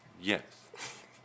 Yes